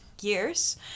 years